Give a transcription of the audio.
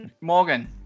Morgan